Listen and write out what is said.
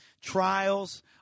trials